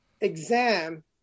exam